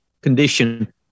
condition